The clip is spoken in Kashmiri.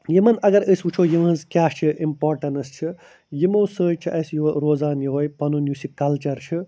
یِمَن اگر أسۍ وُچھَو یِہٕنٛز کیٛاہ چھِ اِمپارٹَنٕس چھِ یِمَو سۭتۍ چھِ اَسہِ روزان یِہَے پَنُن یُس یہِ کَلچَر چھُ